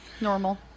normal